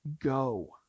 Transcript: Go